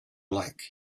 like